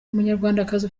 umunyarwandakazi